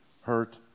hurt